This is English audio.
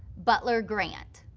butler grant.